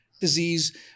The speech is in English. disease